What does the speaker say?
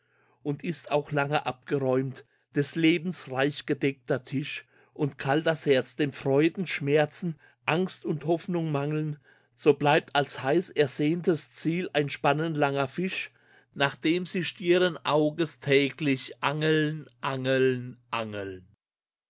und ist auch lange abgeräumt des lebens reichgedeckter tisch und kalt das herz dem freuden schmerzen angst und hoffnung mangeln so bleibt als heiß ersehntes ziel ein spannenlanger fisch nach dem sie stieren auges täglich angeln angeln angeln